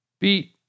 beat